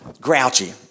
grouchy